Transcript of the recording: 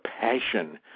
passion